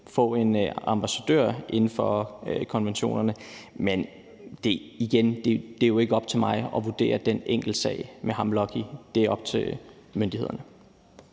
få en ambassadør vedrørende konventionerne. Men igen vil jeg sige, at det jo ikke er op til mig at vurdere den enkeltsag med ham Lucky. Det er op til myndighederne.